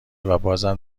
وبازم